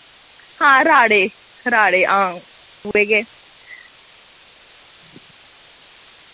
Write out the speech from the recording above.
हां राड़े राड़े हां उयै गै